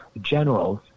generals